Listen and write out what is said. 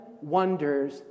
wonders